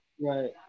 Right